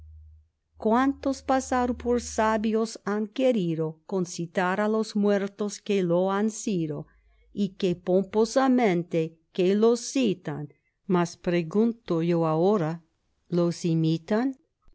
pasar por sabios han querido con citar a los muertos que lo han sido y qué pomposamente que los citan mas pregunto yo ahora los imitan